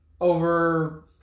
over